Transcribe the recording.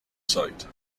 sight